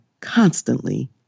constantly